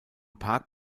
park